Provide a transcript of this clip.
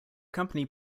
company